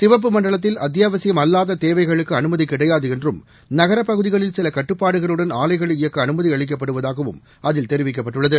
சிவப்பு மண்டலத்தில் அத்தியாவசியம்அல்லாத தேவைகளுக்கு அனுமதி கிடையாது என்றும் நகரப்பகுதிகளில் சில கட்டுப்பாடுகளுடன் ஆலைகளை இயக்க அனுமதி அளிக்கப்பட்டுள்ளதாகவும் அதில் தெரிவிக்கப்பட்டுள்ளது